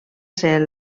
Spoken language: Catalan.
ser